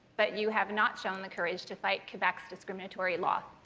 but you have not shown the courage to fight quebec's discriminatory law.